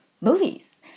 movies